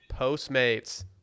Postmates